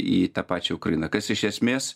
į tą pačią ukrainą kas iš esmės